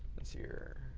let's see here.